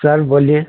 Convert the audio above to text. sir बोलिए